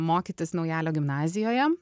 mokytis naujalio gimnazijoje